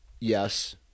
yes